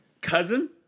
cousin